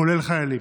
כולל חיילים?